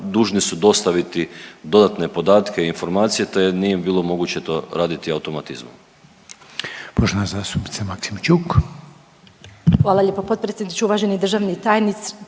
dužni su dostaviti dodatne podatke i informacije, te nije bilo moguće to raditi automatizmom.